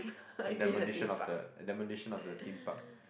the demolition of the the demolition of the Theme Park